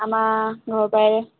আমাৰ ঘৰৰপৰাই